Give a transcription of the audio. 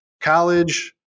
college